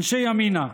אנשי ימינה,